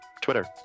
twitter